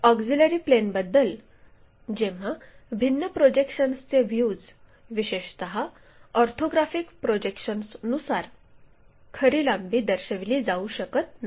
तर ऑक्झिलिअरी प्लेनबद्दल जेव्हा भिन्न प्रोजेक्शन्सचे व्ह्यूज विशेषत ऑर्थोग्राफिक प्रोजेक्शन्सनुसार खरी लांबी दर्शविली जाऊ शकत नाही